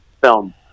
film